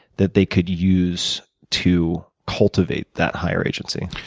that they could use to cultivate that higher agency?